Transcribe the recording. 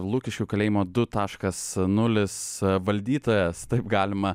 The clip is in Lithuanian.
lukiškių kalėjimo du taškas nulis valdytojas taip galima